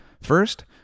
First